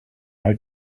how